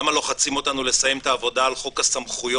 למה לוחצים אותנו לסיים את העבודה על חוק הסמכויות,